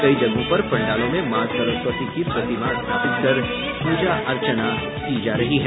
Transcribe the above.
कई जगहों पर पंडालों में मॉ सरस्वती की प्रतिमा स्थापित कर पूजा अर्चना की जा रही है